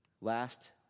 Last